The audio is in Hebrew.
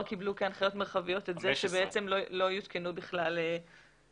קיבלו כהנחיות מרחביות את זה שלא יותקנו בכלל קמינים.